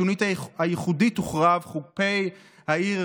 השונית הייחודית תוחרב, חופי העיר